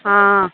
आं